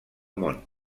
món